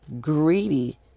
greedy